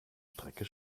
strecke